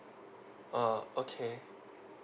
uh okay